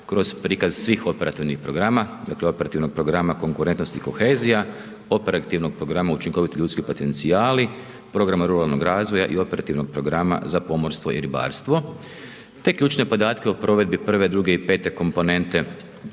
kroz prikaz svih operativnih programa, dakle, operativnog programa konkurentnosti i kohezija, operativnog programa učinkoviti ljudski potencijali, programa ruralnog razvoja i operativnog programa za pomorstvo i ribarstvo, te ključne podatke o provedbi prve, druge i pete komponente